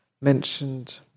mentioned